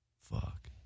fuck